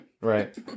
right